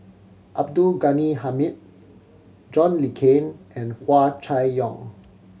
Abdul Ghani Hamid John Le Cain and Hua Chai Yong